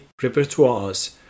repertoires